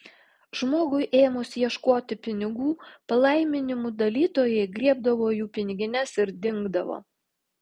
žmogui ėmus ieškoti pinigų palaiminimų dalytojai griebdavo jų pinigines ir dingdavo